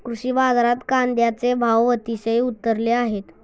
कृषी बाजारात कांद्याचे भाव अतिशय उतरले आहेत